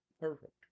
Perfect